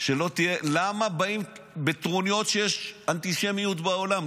למה באים בטרוניות שיש אנטישמיות בעולם?